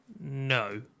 No